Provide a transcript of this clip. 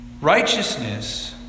Righteousness